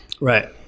Right